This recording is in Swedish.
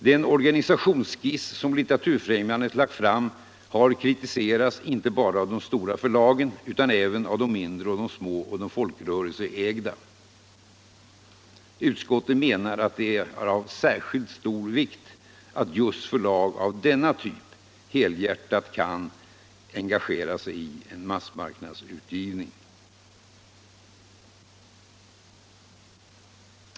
Den organisationsskiss som Litteraturfrämjandet lagt fram har kritiserats inte bara av de stora förlagen utan även av de mindre och de små och de folkrörelseägda. Utskottet menar att det är av särskilt stor vikt att just förlag av denna typ helhjärtat kan engagera sig I en massmarknadsutgivning.